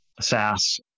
SaaS